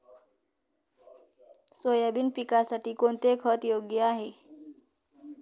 Soybean पिकासाठी कोणते खत योग्य आहे?